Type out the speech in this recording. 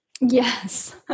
Yes